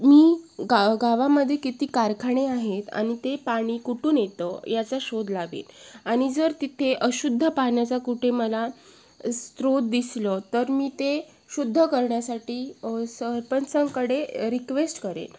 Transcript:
मी गाव गावामध्ये किती कारखाने आहेत आणि ते पाणी कुठून येतं याचा शोध लावेल आणि जर तिथे अशुद्ध पाण्याचा कुठे मला स्रोत दिसलं तर मी ते शुद्ध करण्यासाठी सरपंचांकडे रिक्वेस्ट करेल